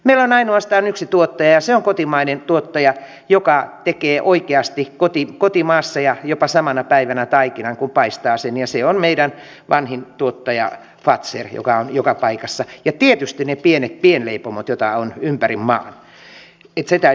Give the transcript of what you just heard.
meillä on ainoastaan yksi tuottaja ja se on kotimainen tuottaja joka tekee oikeasti kotimaassa ja jopa samana päivänä taikinan kun paistaa sen ja se on meidän vanhin tuottajamme fazer joka on joka paikassa ja tietysti ne pienet pienleipomot joita on ympäri maan se täytyy muistaa